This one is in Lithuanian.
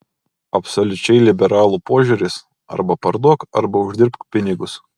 absoliučiai liberalų požiūris arba parduok arba uždirbk pinigus